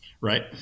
right